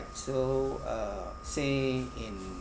so uh say in